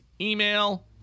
email